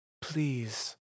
please